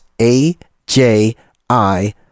A-J-I